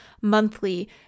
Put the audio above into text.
monthly